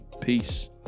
Peace